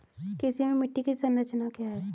कृषि में मिट्टी की संरचना क्या है?